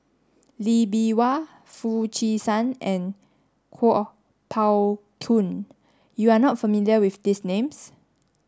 Lee Bee Wah Foo Chee San and Kuo Pao Kun you are not familiar with these names